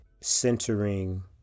centering